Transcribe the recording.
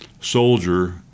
soldier